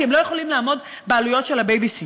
כי הם לא יכולים לעמוד בעלויות של הבייביסיטינג.